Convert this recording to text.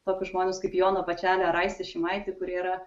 tokius žmones kaip joną bačelį ar aistį šimaitį kur yra